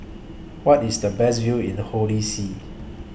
What IS The Best View in Holy See